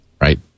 Right